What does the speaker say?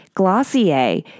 Glossier